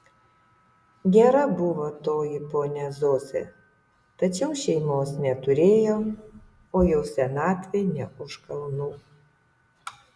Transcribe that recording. gera buvo toji ponia zosė tačiau šeimos neturėjo o jau senatvė ne už kalnų